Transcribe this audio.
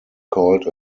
called